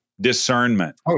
discernment